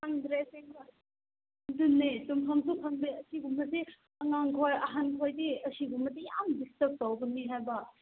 ꯈꯪꯗ꯭ꯔꯦ ꯑꯁꯦꯡꯕ ꯑꯗꯨꯅꯦ ꯇꯨꯝꯐꯝꯁꯨ ꯈꯪꯗꯦ ꯑꯁꯤꯒꯨꯝꯕꯁꯤ ꯑꯉꯥꯡ ꯃꯈꯩ ꯑꯍꯟ ꯃꯈꯩꯗꯤ ꯑꯁꯤꯒꯨꯝꯕꯗꯤ ꯌꯥꯝ ꯗꯤꯁꯇꯔꯕ ꯇꯧꯕꯅꯦ ꯍꯥꯏꯕ